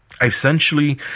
Essentially